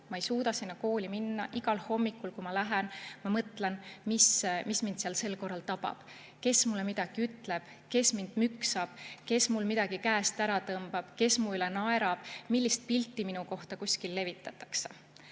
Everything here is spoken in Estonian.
ma ei suuda sinna kooli minna. Igal hommikul, kui ma lähen, ma mõtlen, mis mind seal sel korral tabab, kes mulle midagi ütleb, kes mind müksab, kes mul midagi käest ära tõmbab, kes mu üle naerab, millist pilti minu kohta kuskil levitatakse."